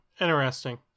Interesting